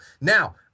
Now